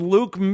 Luke